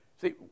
See